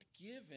given